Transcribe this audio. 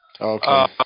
Okay